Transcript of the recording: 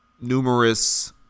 numerous